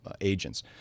Agents